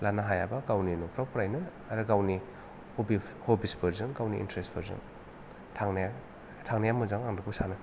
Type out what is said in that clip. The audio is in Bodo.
लानो हायाबा गावनि न'फ्राव फरायनो आरो गावनि हबि हबिसफोरजों गावनि इन्टारेस्टफोरजों थांनाया थांनाया मोजां आं बेखौ सानो